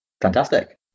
Fantastic